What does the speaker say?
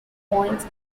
points